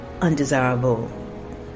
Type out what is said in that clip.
undesirable